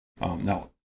Now